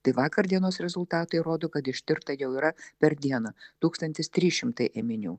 tai vakar dienos rezultatai rodo kad ištirta jau yra per dieną tūkstantis trys šimtai ėminių